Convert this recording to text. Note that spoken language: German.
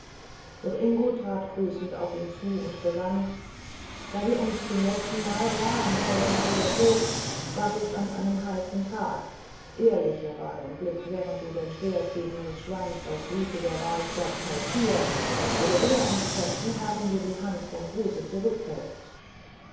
doch ingo trat grüßend auf ihn zu und begann da wir uns zum letztenmal sahen held harietto war es an einem heißen tage ehrlicher war dein blick während du dein schwert gegen mich schwangst auf blutiger walstatt als hier wo der wille eines fremden herrn dir die hand vom gruße zurückhält